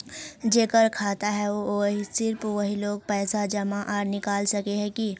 जेकर खाता है सिर्फ वही लोग पैसा जमा आर निकाल सके है की?